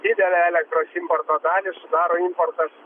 didelę elektros importo dalį sudaro importas